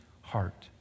heart